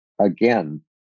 Again